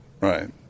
right